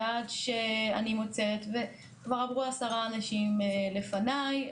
ועד שאני מוצאת - כבר עברו 10 אנשים לפניי,